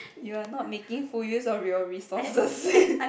you are not making full use of your resources